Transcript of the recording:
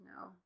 no